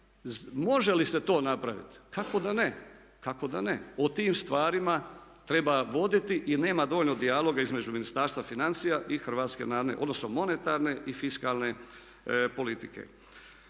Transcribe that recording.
može li se to napraviti. Kako da ne! O tim stvarima treba voditi i nema dovoljno dijaloga između Ministarstva financija i HNB-a, odnosno monetarne i fiskalne politike.